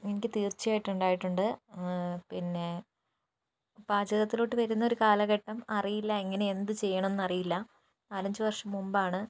എനിക്ക് തീർച്ചയായിട്ടും ഉണ്ടായിട്ടുണ്ട് പിന്നെ പാചകത്തിലോട്ട് വരുന്നൊരു കാലഘട്ടം അറിയില്ല എങ്ങനെ എന്ത് ചെയ്യണം എന്നറിയില്ല നാലഞ്ച് വർഷം മുമ്പാണ്